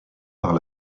par